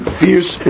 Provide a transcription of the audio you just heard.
fierce